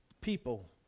people